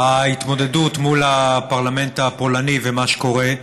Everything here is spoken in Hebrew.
ההתמודדות מול הפרלמנט הפולני ומה שקורה.